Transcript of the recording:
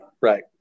Right